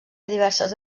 diverses